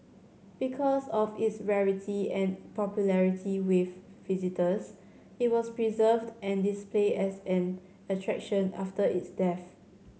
because of its rarity and popularity with visitors it was preserved and displayed as an attraction after its death